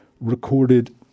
recorded